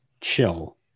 chill